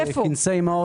איפה?